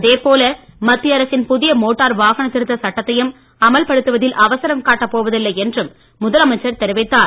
அதேப்போல மத்திய அரசின் புதிய மோட்டார் வாகன திருத்த சட்டத்தையும் அமல்படுத்துவதில் அவசரம் காட்டப் போவதில்லை என்றும் முதலமைச்சர் தெரிவித்தார்